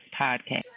podcast